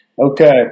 okay